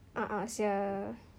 a'ah [sial]